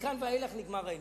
מכאן ואילך נגמר העניין.